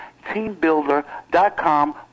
teambuilder.com